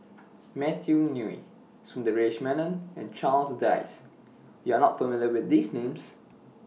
Matthew Ngui Sundaresh Menon and Charles Dyce YOU Are not familiar with These Names